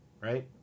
Right